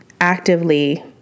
actively